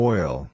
Oil